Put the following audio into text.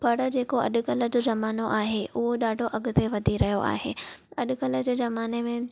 पर जेको अॼु कल जो ज़मानो आहे उहो ॾाढो अॻिते वधी रहियो आहे अॼु कल जे ज़माने में